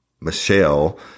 Michelle